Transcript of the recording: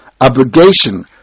obligation